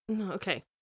okay